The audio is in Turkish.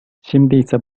şimdiyse